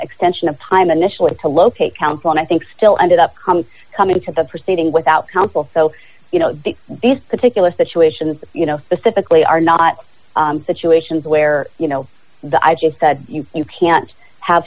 initially to locate counsel and i think still ended up coming to the proceeding without counsel so you know these particular situations you know specifically are not situations where you know the i just said you can't have